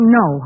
no